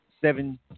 seven